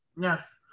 Yes